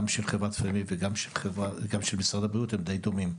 של חברת- -- וגם של משרד הבריאות הם די דומים.